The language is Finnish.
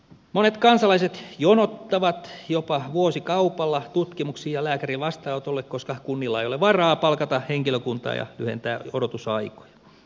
monet kansalaiset jonottavat jopa vuosikaupalla tutkimuksiin ja lääkärin vastaanotolle koska kunnilla ei ole varaa palkata henkilökuntaa ja lyhentää odotusaikoja